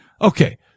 okay